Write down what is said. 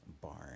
barn